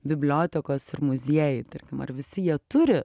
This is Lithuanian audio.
bibliotekos ir muziejai tarkim ar visi jie turi